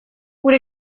gure